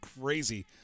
crazy